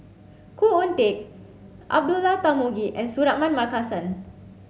Khoo Oon Teik Abdullah Tarmugi and Suratman Markasan